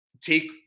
Take